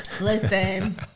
Listen